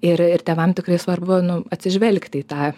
ir ir tėvam tikrai svarbu nu atsižvelgti į tą